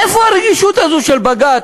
איפה הרגישות הזאת של בג"ץ,